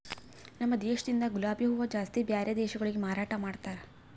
ನಮ ದೇಶದಿಂದ್ ಗುಲಾಬಿ ಹೂವ ಜಾಸ್ತಿ ಬ್ಯಾರೆ ದೇಶಗೊಳಿಗೆ ಮಾರಾಟ ಮಾಡ್ತಾರ್